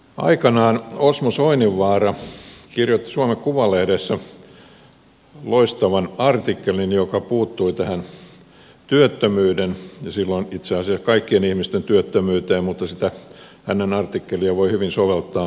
aikanaan osmo soininvaara kirjoitti suomen kuvalehdessä loistavan artikkelin joka puuttui työttömyyteen silloin itse asiassa kaikkien ihmisten työttömyyteen mutta sitä hänen artikkeliaan voi hyvin soveltaa nuorisotyöttömyyteen